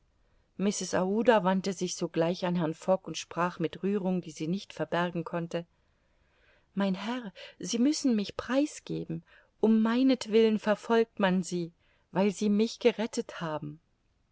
wandte sich sogleich an herrn fogg und sprach mit rührung die sie nicht verbergen konnte mein herr sie müssen mich preisgeben um meinetwillen verfolgt man sie weil sie mich gerettet haben